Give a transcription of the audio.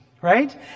right